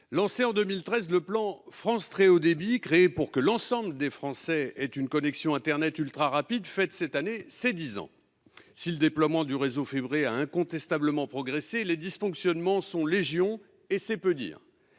lancé en 2013, le plan France Très haut débit, créé pour que l'ensemble des Français aient une connexion internet ultrarapide, fête cette année ses dix ans. Si le déploiement du réseau fibré a incontestablement progressé, les dysfonctionnements sont légion- et c'est peu dire